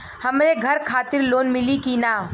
हमरे घर खातिर लोन मिली की ना?